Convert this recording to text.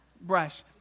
brush